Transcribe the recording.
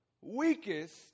Weakest